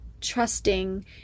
trusting